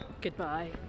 Goodbye